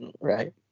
Right